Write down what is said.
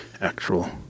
actual